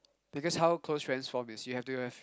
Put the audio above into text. because how close friends form is you have to have